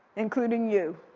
including you.